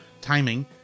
timing